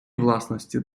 власності